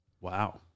wow